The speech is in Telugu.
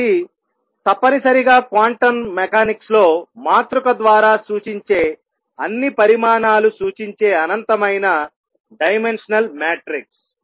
కాబట్టి తప్పనిసరిగా క్వాంటం మెకానిక్స్ లో మాతృక ద్వారా సూచించే అన్ని పరిమాణాలు సూచించే అనంతమైన డైమెన్షనల్ మ్యాట్రిక్స్